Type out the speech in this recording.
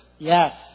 Yes